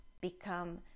become